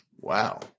Wow